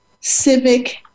civic